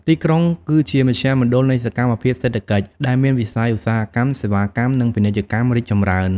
ទីក្រុងគឺជាមជ្ឈមណ្ឌលនៃសកម្មភាពសេដ្ឋកិច្ច ដែលមានវិស័យឧស្សាហកម្ម សេវាកម្ម និងពាណិជ្ជកម្មរីកចម្រើន។